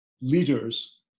leaders